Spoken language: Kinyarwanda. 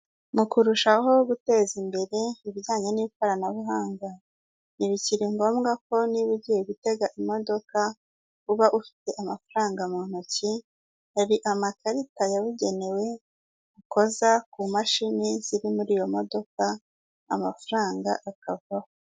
Mu kurushaho guteza imbere ibijyanye n'ikoranabuhanga, ntibikiri ngombwa ko niba ugiye gutega imodoka uba ufite amafaranga mu ntoki, hari amakarita yabugenewe ukoza ku mashini ziri muri iyo modoka, amafaranga akavaho.